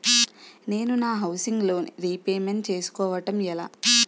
నేను నా housing loan repayment చేసుకోవటం ఎలా?